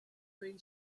been